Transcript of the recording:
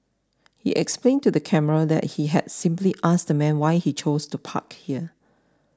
he explained to the camera that he had simply asked the man why he chose to park there